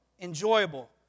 enjoyable